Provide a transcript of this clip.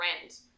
friend